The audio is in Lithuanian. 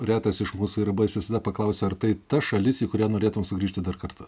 retas iš mūsų yra buvęs visada paklausiu ar tai ta šalis į kurią norėtum sugrįžti dar kartą